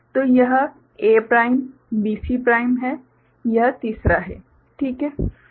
तो यह A prime BC prime है यह तीसरा है ठीक है